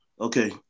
Okay